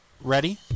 Ready